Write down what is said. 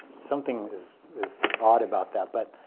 something is is odd about that. but